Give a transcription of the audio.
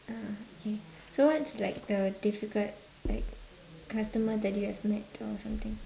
uh K so what's like the difficult like customer that you have met or something